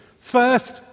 First